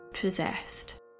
possessed